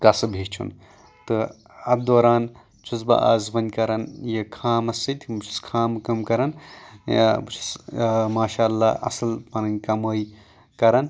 کسب ہیٚچُھن تہٕ اَتھ دوران چھُس بہٕ آز وۄنۍ کَران یہِ کھامَس سۭتۍ بہٕ چھُس کھامہٕ کٲم کَران بہٕ چھُس ماشااللہ اَصٕل پَنٕنۍ کمٲے کَران